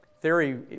Theory